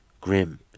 grim